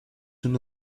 una